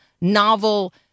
Novel